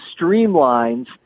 streamlines